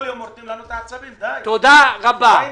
תודה רבה.